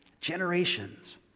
Generations